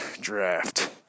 draft